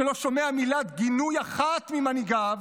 שלא שומע מילת גינוי אחת ממנהיגיו,